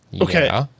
okay